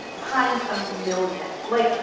times a million. like,